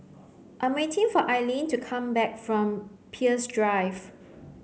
I am waiting for Ailene to come back from Peirce Drive